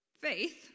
Faith